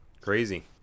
Crazy